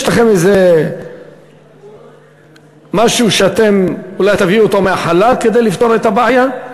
יש לכם איזה משהו שאתם אולי תביאו מהחלל כדי לפתור את הבעיה?